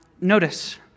notice